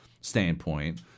standpoint